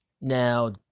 Now